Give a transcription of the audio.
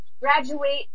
graduate